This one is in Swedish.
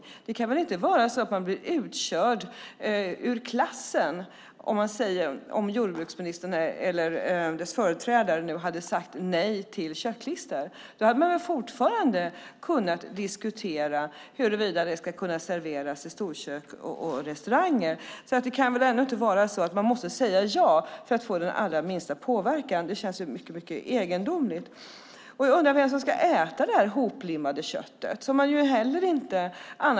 Men det kan väl inte vara så att man hade blivit utkörd ur klassrummet om jordbruksministern eller hans företrädare nu hade sagt nej till köttklister? Då hade man väl fortfarande kunnat diskutera huruvida det ska kunna serveras i storkök och restauranger? Det kan väl ändå inte vara så att man måste säga ja för att få den allra minsta påverkan. Det känns mycket egendomligt. Jag undrar vem som ska äta det här hoplimmade köttet.